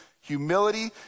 Humility